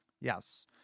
Yes